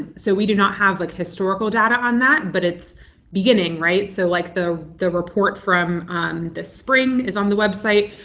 so we do not have like historical data on that, but it's beginning. right. so like the the report from the spring is on the website.